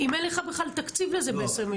אם אין לך בכלל תקציב לזה ב-2022.